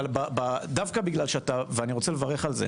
אבל דווקא כי אתה ואני מברך על זה